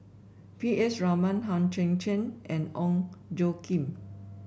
P S Raman Hang Chang Chieh and Ong Tjoe Kim